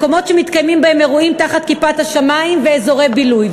מקומות שמתקיימים בהם אירועים תחת כיפת השמים ואזורי בילוי.